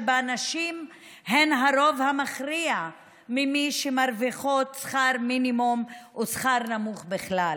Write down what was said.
שבה נשים הן הרוב המכריע ממי שמרוויחות שכר מינימום ושכר נמוך בכלל,